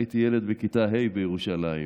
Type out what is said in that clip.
הייתי ילד בכיתה ה' בירושלים,